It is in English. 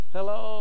Hello